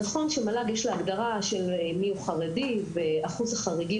למל"ג יש הגדרה מיהו חרדי ואחוז החריגים